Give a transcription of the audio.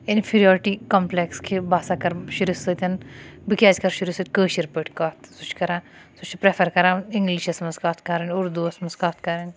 inferiority complex کہِ بٕہ ہَسا کَرٕ شُرِس سۭتۍ بہٕ کیاز کَرٕ شُرِس سۭتۍ کٲشٕر پٲٹھۍ کَتھ سُہ چھُ کَران سُہ چھُ پرفَر کَران اِنگلِشَس مَنٛز کَتھ کَرٕنۍ اردو وَس مَنٛز کَتھ کَرٕنۍ